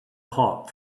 hot